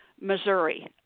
Missouri